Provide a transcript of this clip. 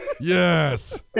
Yes